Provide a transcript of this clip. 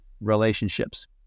relationships